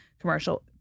commercial